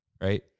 right